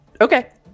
Okay